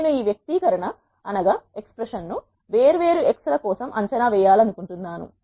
నేను ఈ వ్యక్తీకరణ ను వేర్వేరు x ల కోసం అంచనా వేయాలనుకుంటున్నాను